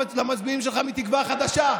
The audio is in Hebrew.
למצביעים שלך מתקווה חדשה?